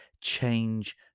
change